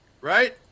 Right